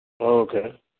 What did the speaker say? okay